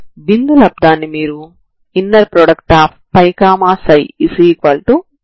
కాబట్టి మీరు ఈ ప్రారంభ సమాచారాన్ని కలిగి ఉన్నారు